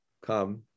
Come